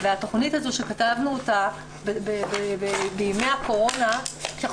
והתכנית הזאת שכתבנו אותה בימי הקורונה כשאנחנו